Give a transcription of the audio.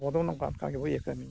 ᱟᱵᱚ ᱫᱚ ᱱᱚᱝᱠᱟ ᱚᱱᱠᱟ ᱜᱮᱵᱚᱱ ᱠᱟᱹᱢᱤᱭᱟ